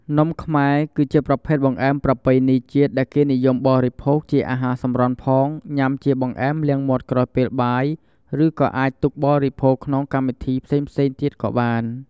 នំខ្មែរ គឺជាប្រភេទបង្អែមប្រពៃណីជាតិដែលគេនិយមបរិភោគជាអាហារសម្រន់ផង ញ៉ាំជាបង្អែមលាងមាត់ក្រោយពេលបាយ ឬក៏អាចទុកបរិភោគក្នុងកម្មវិធីផ្សេងៗទៀតក៏បាន។